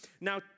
Now